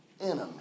enemy